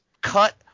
cut